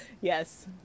Yes